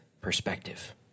perspective